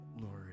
Lord